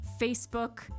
Facebook